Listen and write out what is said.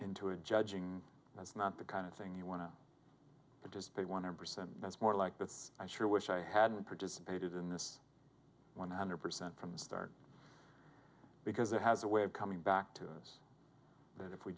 into a judging that's not the kind of thing you want to participate want to percent that's more like that's i sure wish i hadn't participated in this one hundred percent from the start because it has a way of coming back to us and if we